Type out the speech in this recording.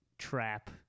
Trap